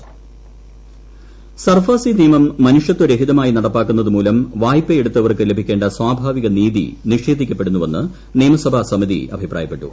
SARFAESI നിയമം SARFAESI നിയമം മനുഷ്യത്വരഹിതമായി നടപ്പാക്കുന്നത് മൂലം വായ്പയെടുത്തവർക്ക് ലഭിക്കേണ്ട സ്വാഭാവിക് നീതി നിഷേധിക്കപ്പെടുന്നുവെന്ന് കേരള നിയമസഭാ സമിതി അഭിപ്രായപ്പെട്ടു